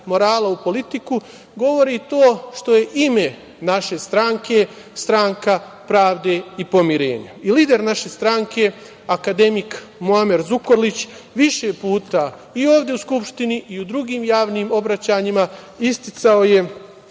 morala u politiku govori i to što je ime naše stranke Stranka pravde i pomirenja. Lider naše stranke akademik Muamer Zukorlić više je puta ovde u Skupštini i u drugim javnim obraćanjima isticao da